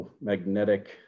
magnetic